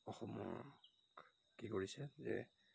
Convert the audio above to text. অসমক কি কৰিছে যে